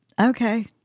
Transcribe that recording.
okay